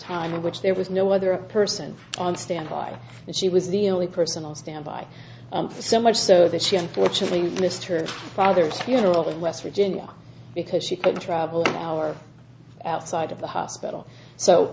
time in which there was no other person on standby and she was the only person on standby so much so that she unfortunately missed her father's funeral in west virginia because she couldn't travel hour outside of the hospital so